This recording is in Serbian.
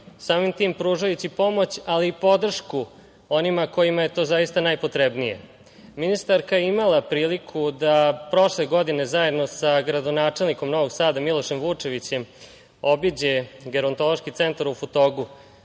samim tim pružajući pomoć, ali i podršku onima kojima je to zaista najpotrebnije. Ministarka je imala priliku da prošle godine zajedno sa gradonačelnikom Novog Sada Milošem Vučevićem obiđe gerontološki centar u Futogu,